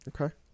Okay